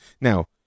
Now